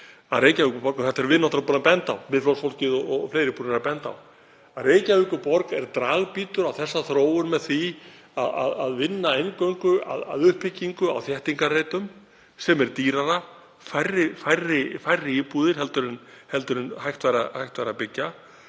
þetta erum við náttúrlega búin að benda á, Miðflokksfólkið og fleiri — er dragbítur á þessa þróun með því að vinna eingöngu að uppbyggingu á þéttingarreitum sem er dýrara, færri íbúðir en hægt væri að byggja.